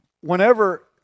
whenever